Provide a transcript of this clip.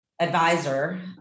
advisor